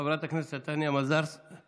חברת הכנסת טטיאנה מזרסקי,